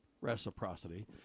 reciprocity